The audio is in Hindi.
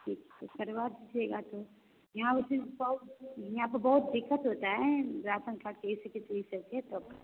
ठीक ठीक करवा दीजिएगा तो यहाँ उस दिन बहुत यहाँ पर बहुत दिक्कत होता है राशन कार्ड के चलती है तब खा